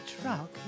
truck